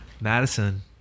Madison